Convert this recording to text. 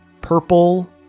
purple